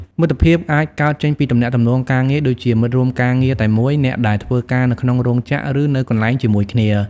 មិត្តភាពអាចកើតចេញពីទំនាក់ទំនងការងារ ដូចជាមិត្តរួមការងារតែមួយ អ្នកដែលធ្វើការនៅក្នុងរោងចក្រ ឬនៅកន្លែងជាមួយគ្នា ។